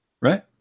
Right